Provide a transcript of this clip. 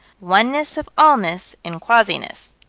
oneness of allness in quasiness.